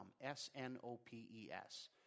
S-N-O-P-E-S